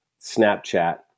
Snapchat